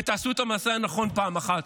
ותעשו את המעשה הנכון פעם אחת.